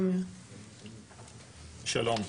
שלום.